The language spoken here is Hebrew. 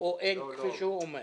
או אין כפי שהוא אומר?